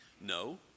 No